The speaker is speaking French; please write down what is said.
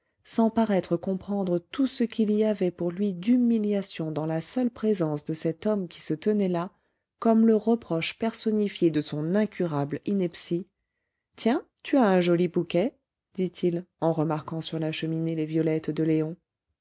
sans paraître comprendre tout ce qu'il y avait pour lui d'humiliation dans la seule présence de cet homme qui se tenait là comme le reproche personnifié de son incurable ineptie tiens tu as un joli bouquet dit-il en remarquant sur la cheminée les violettes de léon